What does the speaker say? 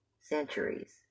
centuries